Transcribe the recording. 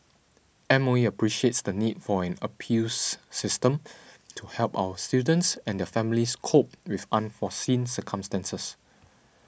M O E appreciates the need for an appeals system to help our students and their families cope with unforeseen circumstances